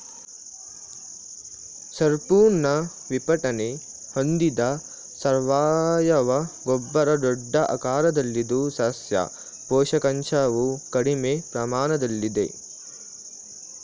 ಸಂಪೂರ್ಣ ವಿಘಟನೆ ಹೊಂದಿದ ಸಾವಯವ ಗೊಬ್ಬರ ದೊಡ್ಡ ಆಕಾರದಲ್ಲಿದ್ದು ಸಸ್ಯ ಪೋಷಕಾಂಶವು ಕಡಿಮೆ ಪ್ರಮಾಣದಲ್ಲಿದೆ